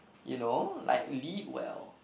you know like lead well